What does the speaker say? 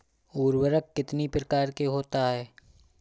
उर्वरक कितनी प्रकार के होता हैं?